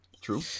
True